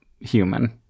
human